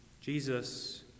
Jesus